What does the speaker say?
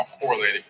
correlated